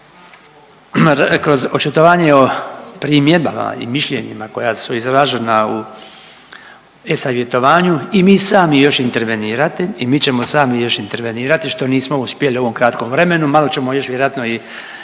kroz očitovanje o primjedbama i mišljenjima koja su izražena u e-Savjetovanju i mi sami još intervenirati i mi ćemo sami još intervenirati što nismo uspjeli u ovom kratkom vremenu, malo ćemo još vjerojatno i